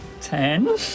ten